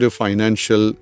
financial